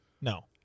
No